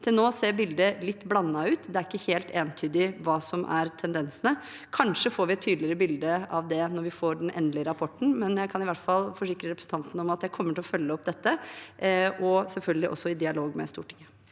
Til nå ser bildet litt blandet ut. Det er ikke helt entydig hva som er tendensene. Kanskje får vi et tydeligere bilde av det når vi får den endelige rapporten. Jeg kan i hvert fall forsikre representanten om at jeg kommer til å følge opp dette, selvfølgelig også i dialog med Stortinget.